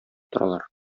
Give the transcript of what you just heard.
торалар